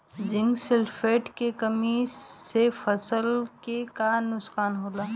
Zinc sulphate के कमी से फसल के का नुकसान होला?